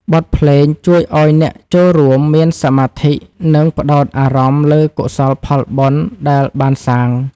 បទភ្លេងជួយឱ្យអ្នកចូលរួមមានសមាធិ និងផ្ដោតអារម្មណ៍លើកុសលផលបុណ្យដែលបានសាង។